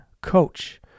coach